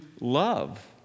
love